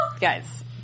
Guys